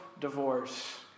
divorce